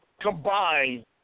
combined